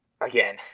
again